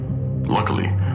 luckily